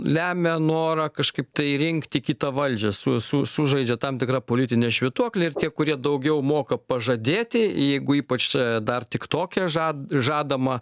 lemia norą kažkaip tai rinkti kitą valdžią su su sužaidžia tam tikra politinė švytuoklė ir tie kurie daugiau moka pažadėti jeigu ypač dar tiktoke žad žadama